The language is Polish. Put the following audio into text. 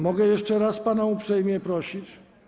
Mogę jeszcze raz pana uprzejmie prosić?